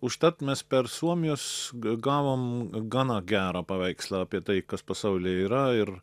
užtat mes per suomius gavom gana gerą paveikslą apie tai kas pasaulyje yra ir